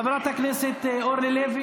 חברת הכנסת אורלי לוי,